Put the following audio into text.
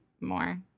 more